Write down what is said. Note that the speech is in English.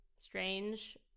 strange